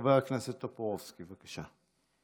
חבר הכנסת טופורובסקי, בבקשה.